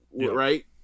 right